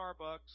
Starbucks